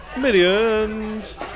millions